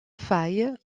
faille